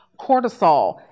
Cortisol